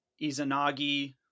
Izanagi